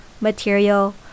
material